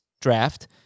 draft